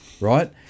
right